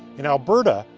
in alberta,